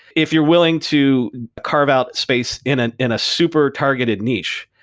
if you're willing to carve out space in and in a super targeted niche.